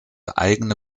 eigene